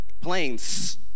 Planes